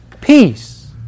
peace